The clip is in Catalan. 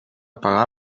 pagar